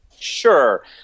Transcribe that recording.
Sure